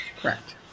Correct